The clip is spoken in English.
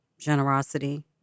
Generosity